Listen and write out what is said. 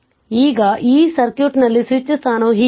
ಈಗ ಈ ಸರ್ಕ್ಯೂಟ್ನಲ್ಲಿ ಸ್ವಿಚ್ ಸ್ಥಾನವು ಹೀಗಿದೆ